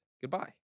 goodbye